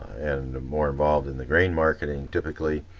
and more involved in the grain marketing typically,